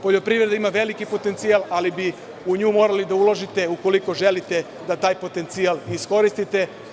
Poljoprivreda ima veliki potencijal, ali bi u nju morali da uložite, ukoliko želite da taj potencijal iskoristite.